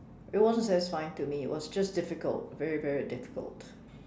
it wasn't just fine to me was just difficult very very difficult